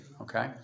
okay